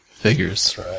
Figures